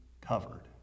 covered